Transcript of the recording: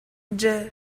дьэ